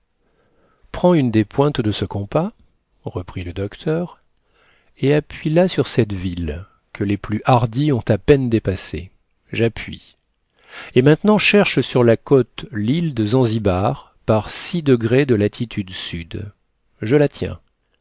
prends une des pointes de ce compas reprit le docteur et appuie la sur cette ville que les plus hardis ont à peine dépassée j'appuie et maintenant cherche sur la côte l'île de zanzibar par de latitude sud je la tiens